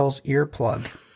earplug